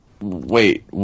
Wait